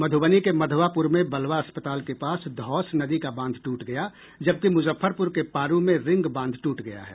मध्रबनी के मधवापुर में बलवा अस्पताल के पास धौस नदी का बांध टूट गया जबकि मुजफ्फरपुर के पारू में रिंग बांध टूट गया है